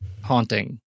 haunting